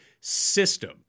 system